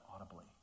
audibly